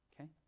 Okay